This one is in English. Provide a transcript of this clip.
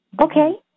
Okay